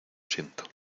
siento